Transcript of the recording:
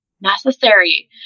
necessary